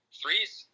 threes